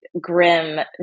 grim